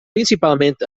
principalment